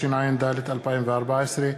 התשע"ד 2014,